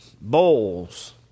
bowls